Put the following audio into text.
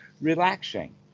relaxing